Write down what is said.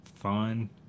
fun